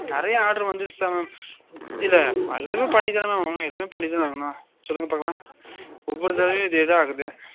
நிறைய ஆட்ரு வந்துருச்சுதான் மேம் இல்லை எல்லாமே பண்ணிதானே மேம் ஆகணும் எல்லாமே பண்ணிதானே ஆகணும் சொல்லுங்க பார்க்கலாம் ஒவ்வொரு தடவையும் இதேதான் ஆகுது